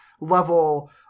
level